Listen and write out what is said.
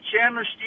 Chandler